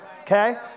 Okay